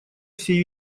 всей